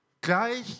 Gleich